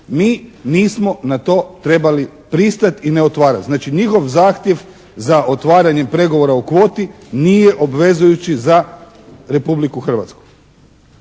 Mi nismo na to trebali pristati i ne otvarati. Znači, njihov zahtjev za otvaranjem pregovora o kvoti nije obvezujući za Republiku Hrvatsku.